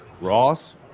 Ross